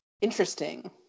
interesting